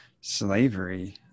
slavery